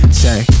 say